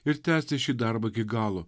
ir tęsti šį darbą iki galo